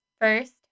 First